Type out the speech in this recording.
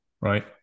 right